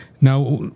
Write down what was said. now